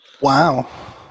Wow